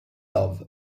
love